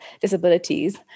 disabilities